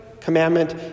commandment